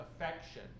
affection